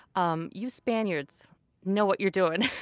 um you spaniards know what you're doing!